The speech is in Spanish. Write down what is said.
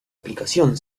aplicación